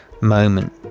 moment